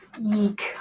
Eek